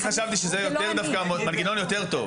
אני חשבתי שזה מנגנון יותר טוב.